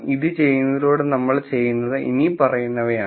ഇത് ചെയ്യുന്നതിലൂടെ നമ്മൾ ചെയ്യുന്നത് ഇനിപ്പറയുന്നവയാണ്